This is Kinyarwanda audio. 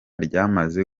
ryamaze